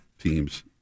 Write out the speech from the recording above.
teams